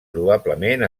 probablement